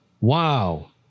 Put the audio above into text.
wow